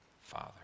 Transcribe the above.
Father